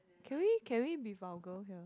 can we can we be vulgar here